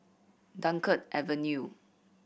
Dunkirk Avenue